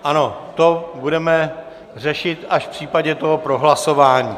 Ano, to budeme řešit až v případě toho prohlasování.